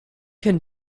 can